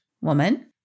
woman